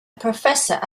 professor